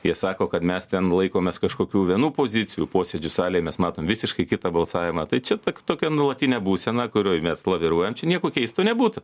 jie sako kad mes ten laikomės kažkokių vienų pozicijų posėdžių salėj mes matom visiškai kitą balsavimą tai čia tokia nuolatinė būsena kurioj mes laviruojam čia nieko keisto nebūtų